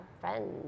friends